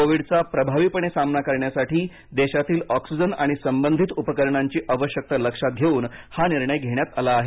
कोविडचा प्रभावीपणे सामना करण्यासाठी देशातील ऑक्सिजन आणि संबंधित उपकरणांची आवश्यकता लक्षात घेऊन हा निर्णय घेण्यात आला आहे